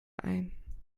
ein